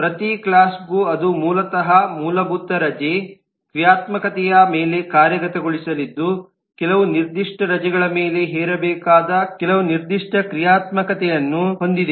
ಪ್ರತಿ ಕ್ಲಾಸ್ಗು ಅದು ಮೂಲತಃ ಮೂಲಭೂತ ರಜೆ ಕ್ರಿಯಾತ್ಮಕತೆಯ ಮೇಲೆ ಕಾರ್ಯಗತಗೊಳಿಸಲಿದ್ದು ಕೆಲವು ನಿರ್ದಿಷ್ಟ ರಜೆಗಳ ಮೇಲೆ ಹೇರಬೇಕಾದ ಕೆಲವು ನಿರ್ದಿಷ್ಟ ಕ್ರಿಯಾತ್ಮಕತೆಯನ್ನು ಹೊಂದಿದೆ